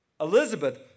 Elizabeth